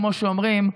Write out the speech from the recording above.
כמו שאומרים,